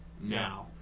Now